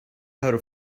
have